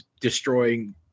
destroying